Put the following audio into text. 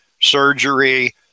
surgery